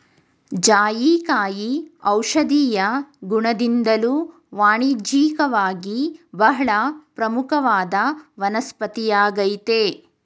ಜಾಯಿಕಾಯಿ ಔಷಧೀಯ ಗುಣದಿಂದ್ದಲೂ ವಾಣಿಜ್ಯಿಕವಾಗಿ ಬಹಳ ಪ್ರಮುಖವಾದ ವನಸ್ಪತಿಯಾಗಯ್ತೆ